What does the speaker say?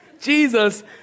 Jesus